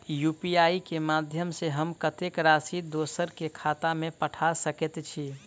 UPI केँ माध्यम सँ हम कत्तेक राशि दोसर केँ खाता मे पठा सकैत छी?